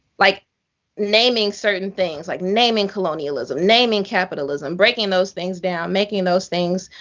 like naming certain things. like naming colonialism. naming capitalism. breaking those things down. making those things